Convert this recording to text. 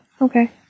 Okay